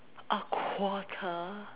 a quarter